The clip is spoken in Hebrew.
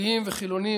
דתיים וחילונים,